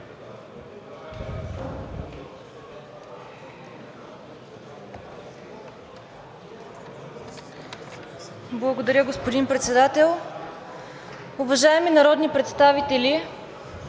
Уважаеми господин Председател, уважаеми народни представители!